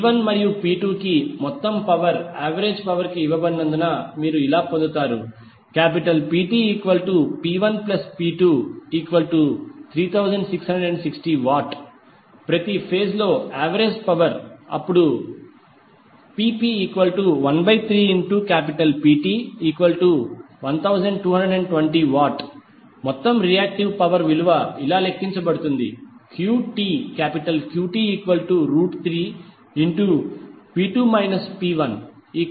P1 మరియు P2 కి మొత్తం పవర్ యావరేజ్ పవర్ ఇవ్వబడినందున మీరు ఇలా పొందుతారు PTP1P23660W ప్రతి ఫేజ్ లో యావరేజ్ పవర్ అప్పుడు PP13PT1220W మొత్తం రియాక్టివ్ పవర్ విలువ ఇలా లెక్కించబడుతుంది QT3935